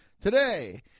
today